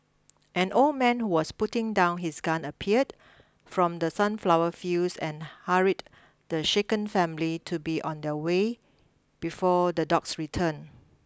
an old man who was putting down his gun appeared from the sunflower fields and hurried the shaken family to be on their way before the dogs return